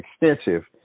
extensive